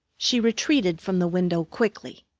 she retreated from the window quickly.